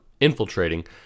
infiltrating